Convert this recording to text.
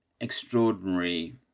extraordinary